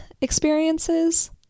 experiences